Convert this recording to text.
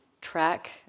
track